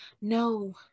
no